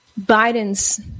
Biden's